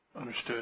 Understood